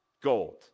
gold